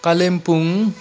Kalimpong